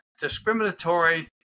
discriminatory